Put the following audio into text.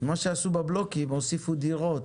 מה שעשו בבלוקים, הוסיפו דירות,